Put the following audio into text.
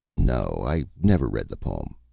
no i never read the poem,